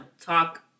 talk